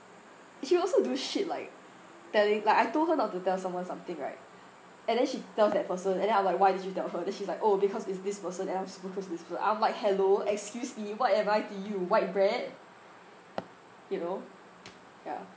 she'll also do shit like telling like I told her not to tell someone something right and then she tells that person and then I'm like why did you tell her then she's like oh because it's this person and I'm super close to this person I'm like hello excuse me what am I to you white bread you know ya